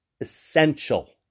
essential